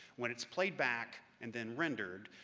when it's played back and then rendered,